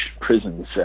prisons